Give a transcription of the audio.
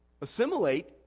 assimilate